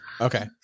Okay